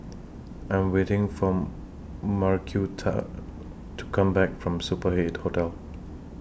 I Am waiting For Marquita to Come Back from Super eight Hotel